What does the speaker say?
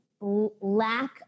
lack